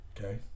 Okay